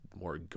more